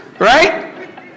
Right